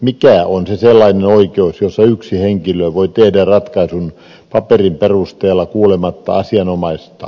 mikä on se sellainen oikeus jossa yksi henkilö voi tehdä ratkaisun paperin perusteella kuulematta asianosaista